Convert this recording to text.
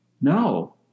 No